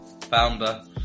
founder